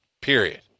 Period